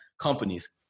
companies